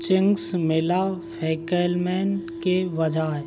Ching's मिला फै़केलमैन के बजाय